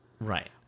right